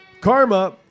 Karma